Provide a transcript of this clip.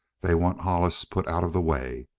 they want hollis put out of the way.